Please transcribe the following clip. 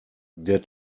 der